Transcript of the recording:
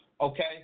Okay